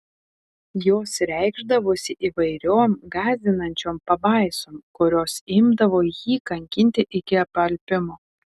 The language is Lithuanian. jos reikšdavosi įvairiom gąsdinančiom pabaisom kurios imdavo jį kankinti iki apalpimo